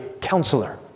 counselor